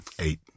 Eight